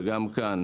וגם כאן,